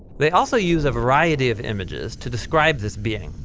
they also use a variety of images to describe this being.